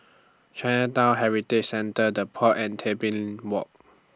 Chinatown Heritage Centre The Pod and Tebing Walk